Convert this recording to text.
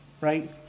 Right